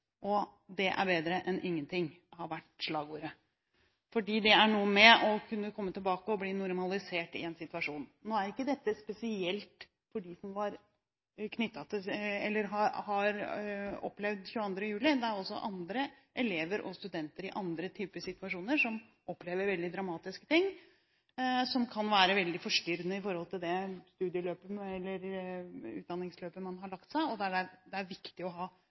litt. Det er bedre enn ingenting, har vært slagordet – for det er noe med å kunne komme tilbake og bli normalisert i en situasjon. Nå er ikke dette spesielt for dem som har opplevd 22. juli. Det er også andre elever og studenter i andre typer situasjoner som opplever veldig dramatiske ting, som kan være veldig forstyrrende med tanke på det utdanningsløpet man har lagt, og der det er viktig å ha